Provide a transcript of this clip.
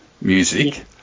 music